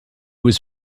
was